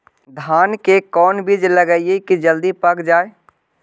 धान के कोन बिज लगईयै कि जल्दी पक जाए?